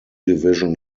division